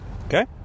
okay